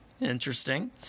Interesting